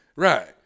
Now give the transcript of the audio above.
Right